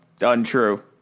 untrue